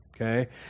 Okay